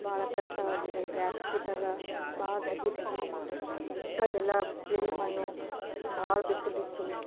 ಭಾಳ ಕಷ್ಟವಾಗಿದೆ ಬೇಸಿಗೆದಾಗ ಭಾಳ ಧಗೆ ಧಗೆ ಅಲ್ಲೆಲ್ಲ ಬಿಳಿ ಮಣ್ಣು ಭಾಳ ಬಿಸಿಲಿತ್ತು